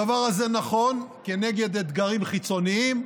הדבר הזה נכון כנגד אתגרים חיצוניים,